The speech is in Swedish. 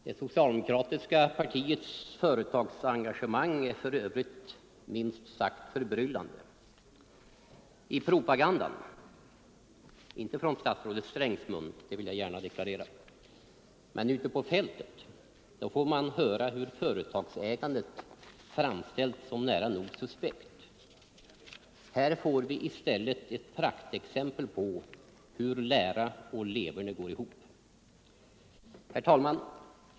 Det socialdemokratiska partiets företagsengagemang är för övrigt minst sagt förbryllande. I propagandan — inte från statsrådet Strängs mun, det vill jag gärna deklarera, men ute på fältet — får man höra hur företagsägandet framställs som nära nog suspekt. Här får vi i stället ett praktexempel på hur lära och leverne går ihop. Herr talman!